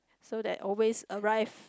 so that always arrive